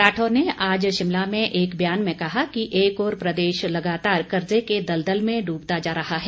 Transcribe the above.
राठौर ने आज शिमला में एक बयान में कहा कि एक ओर प्रदेश लगातार कर्जे के दलदल में डूबता जा रहा है